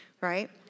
right